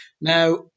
Now